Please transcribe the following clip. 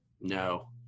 No